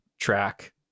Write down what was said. track